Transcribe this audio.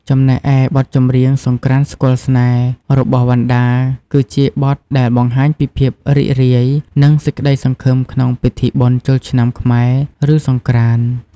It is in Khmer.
ចំណែកឯបទចម្រៀង សង្រ្កាន្តស្គាល់ស្នេហ៍ របស់វណ្ណដា គឺជាបទដែលបង្ហាញពីភាពរីករាយ និងសេចក្តីសង្ឃឹមក្នុងពិធីបុណ្យចូលឆ្នាំខ្មែរ ឬ សង្រ្កាន្ត។